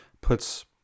puts